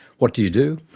what do you do?